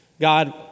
God